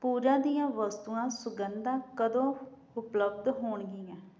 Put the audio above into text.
ਪੂਜਾ ਦੀਆਂ ਵਸਤੂਆਂ ਸੁਗੰਧਾਂ ਕਦੋਂ ਉਪਲੱਬਧ ਹੋਣਗੀਆਂ